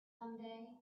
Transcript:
someday